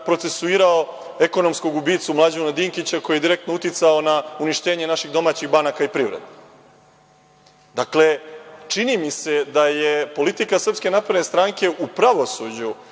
procesuirao ekonomskog ubicu Mlađana Dinkića, koji je direktno na uništenje naših domaćih banaka i privreda. Dakle, čini mi se da je politika SNS u pravosuđu,